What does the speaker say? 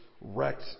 wrecked